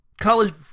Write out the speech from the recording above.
college